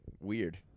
Weird